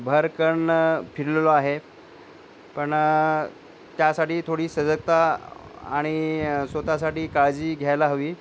भरकन फिरलेलो आहे पण त्यासाठी थोडी सजगता आणि स्वत साठी काळजी घ्यायला हवी